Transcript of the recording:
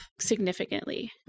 significantly